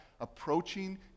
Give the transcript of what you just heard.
approaching